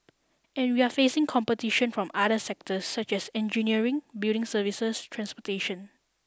and we're facing competition from the other sectors such as engineering building services transportation